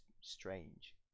strange